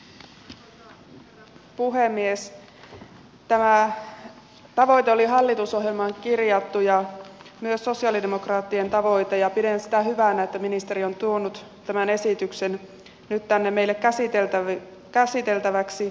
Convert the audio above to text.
tämä tavoite oli hallitusohjelmaan kirjattu ja myös sosialidemokraattien tavoite ja pidän sitä hyvänä että ministeri on tuonut tämän esityksen nyt tänne meille käsiteltäväksi